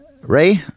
Ray